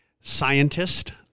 scientist